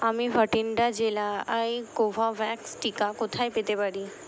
আমি ভঠিন্ডা জেলায় কোভোভ্যাক্স টিকা কোথায় পেতে পারি